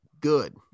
good